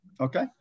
Okay